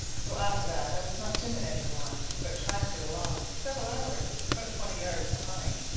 so after that i was not timid any more, but tracked it along, several hours, about twenty yards behind,